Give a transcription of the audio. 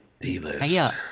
D-list